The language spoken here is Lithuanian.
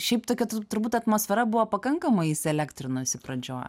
šiaip tokia tu turbūt atmosfera buvo pakankamai įsielektrinusi pradžioj